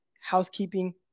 housekeeping